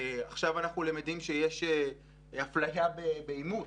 עכשיו אנחנו למדים שיש אפליה באימוץ.